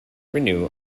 renew